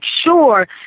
sure